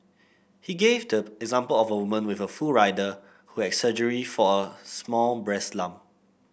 he gave the example of a woman with full rider who had surgery for a small breast lump